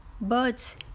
birds